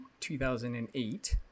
2008